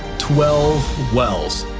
twelve wells.